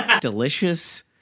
delicious